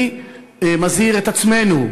אני מזהיר את עצמנו,